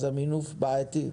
אז המינוף בעייתי.